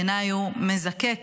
שבעיניי הוא מזקק